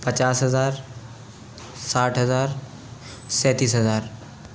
पचास हज़ार साठ हज़ार सैंतीस हज़ार